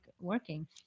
working